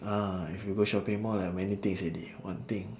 ah if you go shopping mall ah many things already one thing